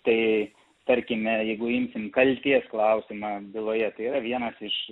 tai tarkime jeigu imsim kaltės klausimą byloje tai yra vienas iš